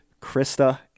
Krista